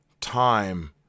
time